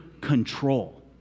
control